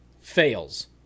fails